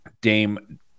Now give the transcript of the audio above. Dame